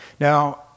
Now